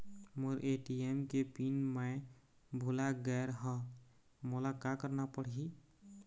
मोर ATM के PIN मैं भुला गैर ह, मोला का करना पढ़ही?